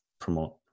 promote